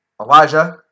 Elijah